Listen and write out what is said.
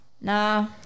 Nah